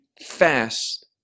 fast